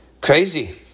Crazy